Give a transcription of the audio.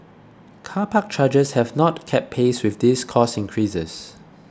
car park charges have not kept pace with these cost increases